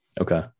Okay